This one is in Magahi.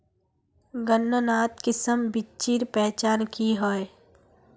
गन्नात किसम बिच्चिर पहचान की होय?